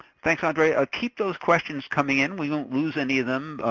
thanks, andre. ah keep those questions coming in. we won't lose any of them,